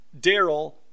Daryl